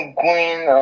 queen